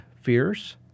fierce